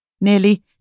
nearly